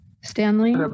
Stanley